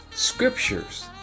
Scriptures